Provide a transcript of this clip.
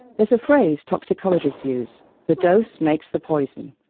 there's a phrase toxicologists use the dose makes the poison.